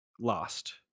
lost